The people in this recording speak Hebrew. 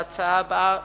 להצעה הבאה,